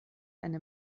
eine